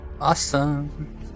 Awesome